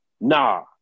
nah